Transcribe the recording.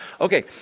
Okay